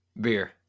beer